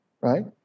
right